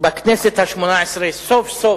שבכנסת השמונה-עשרה, סוף סוף,